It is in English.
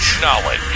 knowledge